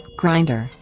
grinder